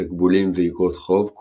תקבולים ואיגרות חוב,